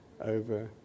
over